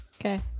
Okay